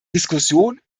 diskussion